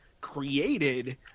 created